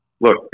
Look